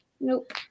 nope